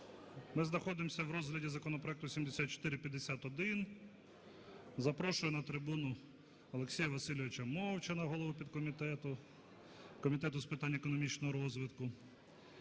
Ми знаходимося в розгляді законопроекту 7451. Запрошую на трибуну Олексія Васильовича Мовчана голову підкомітету Комітету з питань економічного розвитку.